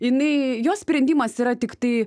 jinai jo sprendimas yra tiktai